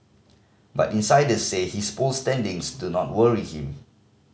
but insiders says his poll standings do not worry him